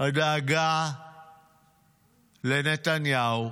הדאגה לנתניהו,